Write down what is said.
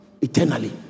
eternally